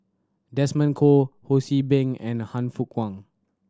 Desmond Kon Ho See Beng and Han Fook Kwang